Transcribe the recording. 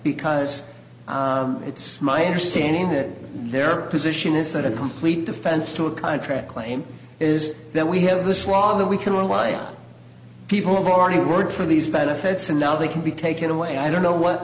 because it's my understanding that their position is that a complete defense to a contract claim is that we have this law that we can rely on people who've already work for these benefits and now they can be taken away i don't know what